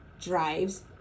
drives